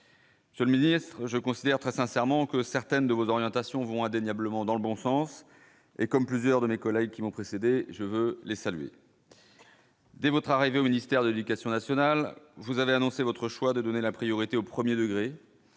Monsieur le ministre je considère très sincèrement que certaines de vos orientations vont indéniablement dans le bon sens et comme plusieurs de mes collègues qui m'ont précédé, je veux les saluer. Dès votre arrivée au ministère de l'Éducation nationale, vous avez annoncé votre choix de donner la priorité au 1er degré